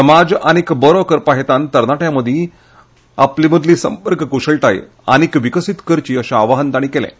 समाज आनी बरो करपा हेतान तरणाट्यां मदीं आपले मदली संपर्क क्रशळटाय आनीक विकसीत करची अशें आवाहन तांणी केलें